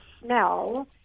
smell